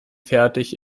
fertig